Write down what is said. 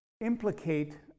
implicate